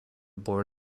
board